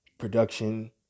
production